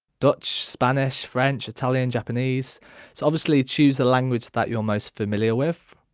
deutsch, spanish, french, italian, japanese so obviously choose the language that you are most familiar with